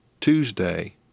Tuesday